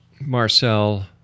Marcel